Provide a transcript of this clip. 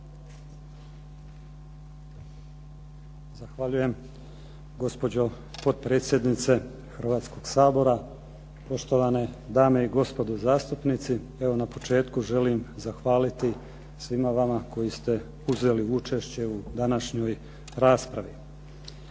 Zahvaljujem gospođo potpredsjednice Hrvatskoga sabora, poštovane dame i gospodo zastupnici. Evo, na početku želim zahvaliti svima vama koji ste uzeli učešće o današnjoj raspravi,